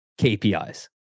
KPIs